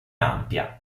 ampia